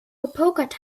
gepokert